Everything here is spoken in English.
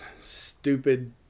stupid